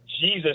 Jesus